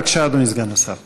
בבקשה, אדוני סגן השר.